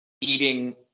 eating